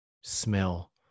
smell